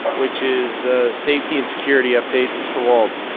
which is the safety and security update. mr. wald?